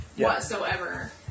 Whatsoever